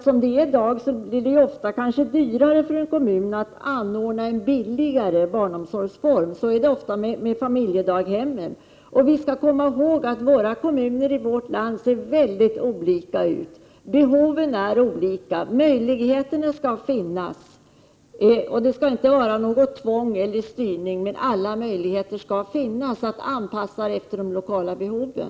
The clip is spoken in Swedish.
Som det är i dag, blir det kanske dyrare för en kommun att anordna en | billigare barnomsorgsform. Så är det ofta med familjedaghemmen. Vi skall | komma ihåg att kommunerna i vårt land ser väldigt olika ut. Behoven är olika. Det skall inte vara något tvång eller styrning, men alla möjligheter skall finnas till anpassning efter de lokala behoven.